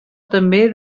també